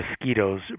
mosquitoes